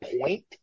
point